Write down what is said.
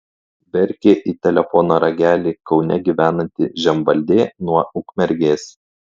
verkė į telefono ragelį kaune gyvenanti žemvaldė nuo ukmergės